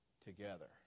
together